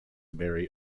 marry